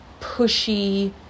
pushy